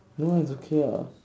no eh it's okay ah